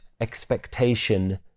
expectation